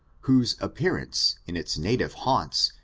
whose appearance, in its native haunts,